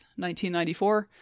1994